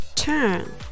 Turn